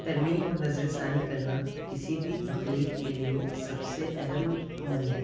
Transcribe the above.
ترمیم اور نظر ثانی کرنا کسی بھی تخلیق کے لیے سب سے اہم عمل ہے